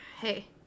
Hey